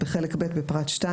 בחלק ב בפרט (2),